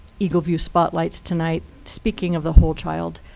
eagle view spotlights tonight. speaking of the whole child,